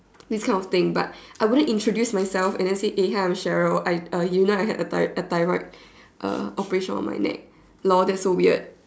this kind of thing but I wouldn't introduce myself and then say eh hi I am Cheryl uh you know I had a thy~ a thyroid operation uh on my neck lol that's so weird